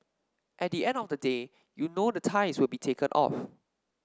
at the end of the day you know the ties will be taken off